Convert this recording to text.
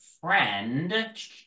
friend